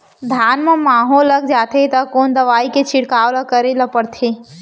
धान म माहो लग जाथे त कोन दवई के छिड़काव ल करे ल पड़थे?